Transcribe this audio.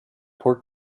port